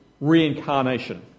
reincarnation